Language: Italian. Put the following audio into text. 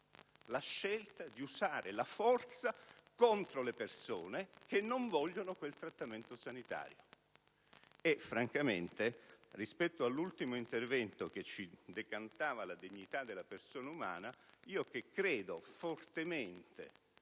la scelta di usare la forza contro le persone che non vogliono quel trattamento sanitario. Francamente, rispetto all'ultimo intervento che ci decantava la dignità della persona umana, io, che credo fortemente